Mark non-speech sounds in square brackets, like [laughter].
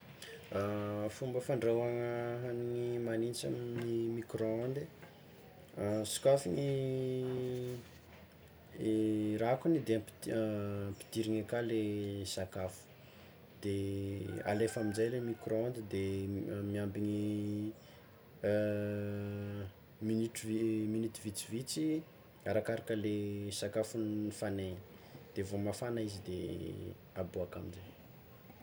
[hesitation] Fomba fandrahoagna hagniny magnintsy amin'ny micro ondy, [hesitation] sokafigny i rakony de ampi- ampidiriny aka le sakafo de alefa aminjay le micro onde de miambigny [hesitation] minitry, minity vitsivitsy arakaraka le sakafo nofanaigny de vao mafana izy de aboaka amzay.